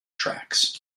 tracks